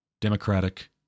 democratic